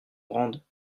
grandes